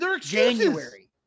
January